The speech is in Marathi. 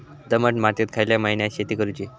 दमट मातयेत खयल्या महिन्यात शेती करुची?